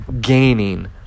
gaining